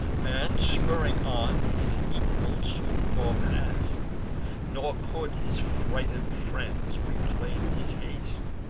and, spurring on, his equals soon o'erpass'd nor could his frighted friends reclaim his haste.